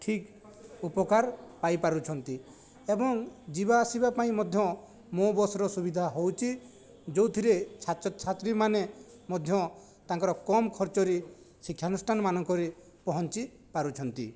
ଠିକ୍ ଉପକାର ପାଇ ପାରୁଛନ୍ତି ଏବଂ ଯିବା ଆସିବା ପାଇଁ ମଧ୍ୟ ମୋ ବସ୍ର ସୁବିଧା ହେଉଛି ଯେଉଁଥିରେ ଛାତ୍ର ଛାତ୍ରୀମାନେ ମଧ୍ୟ ତାଙ୍କର କମ ଖର୍ଚ୍ଚରେ ଶିକ୍ଷାନୁଷ୍ଠାନମାନଙ୍କରେ ପହଞ୍ଚି ପାରୁଛନ୍ତି